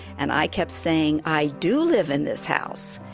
and i kept saying, i do live in this house.